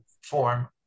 form